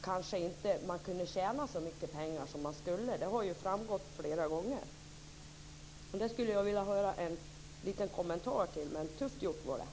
Kanske kunde man inte tjäna så mycket pengar som man skulle. Det har ju framgått flera gånger. Detta skulle jag vilja höra en liten kommentar till. Men tufft gjort var det.